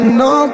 no